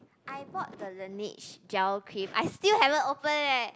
I bought the Laneige gel cream I still haven't open leh